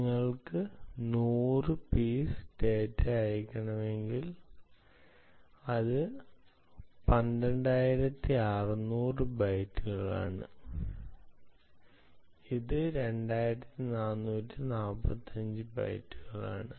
നിങ്ങൾക്ക് 100 piece data ലഭിക്കണമെങ്കിൽ ഇത് 12600 ബൈറ്റുകളാണ് ഇത് 2445 ബൈറ്റുകളാണ്